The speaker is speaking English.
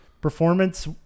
performance